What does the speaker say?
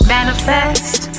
Manifest